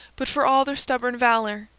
but for all their stubborn valour,